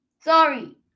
Sorry